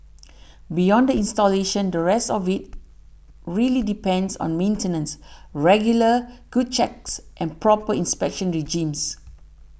beyond the installation the rest of it really depends on maintenance regular good checks and proper inspection regimes